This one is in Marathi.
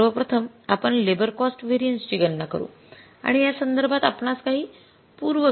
तर सर्वप्रथम आपण लेबर कॉस्ट व्हेरिएन्स ची गणना करू आणि या संदर्भात आपणास काही पूर्व गणना करणे आवश्यक आहे